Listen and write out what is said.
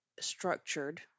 structured